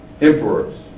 emperors